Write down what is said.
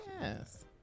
Yes